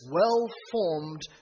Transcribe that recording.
well-formed